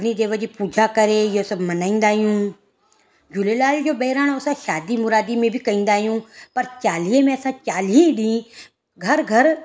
अग्नी देव जी पूजा करे इहो सभु मल्हाईंदा आहियूं झूलेलाल जो बेहराणो असां शादी मुरादी में बि कंदा आहियूं पर चालीह में चालीह ई ॾींहं घर घर